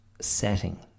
setting